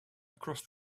across